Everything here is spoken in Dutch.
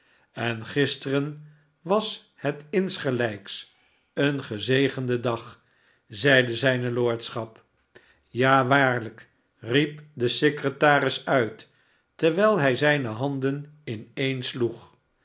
en gisteren was het insgelijks een gezegende dag zeide zijne lordschap ja waarlijk riep de secretaris uit terwijl hij zijne handen ineensloeg